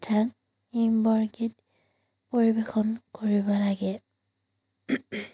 ধাক হিম বৰগীত পৰিৱেশন কৰিব লাগে